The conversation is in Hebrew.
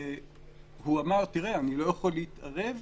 והוא אמר: אני לא יכול להתערב,